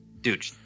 Dude